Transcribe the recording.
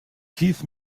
keith